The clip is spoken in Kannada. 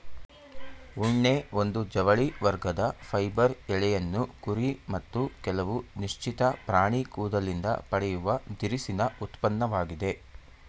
ಉಣ್ಣೆ ಒಂದು ಜವಳಿ ವರ್ಗದ ಫೈಬರ್ ಎಳೆಯನ್ನು ಕುರಿ ಮತ್ತು ಕೆಲವು ನಿಶ್ಚಿತ ಪ್ರಾಣಿ ಕೂದಲಿಂದ ಪಡೆಯುವ ದಿರಸಿನ ಉತ್ಪನ್ನವಾಗಿದೆ